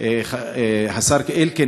השר אלקין,